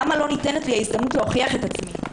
למה לא ניתנה לי ההזדמנות להוכיח את עצמי,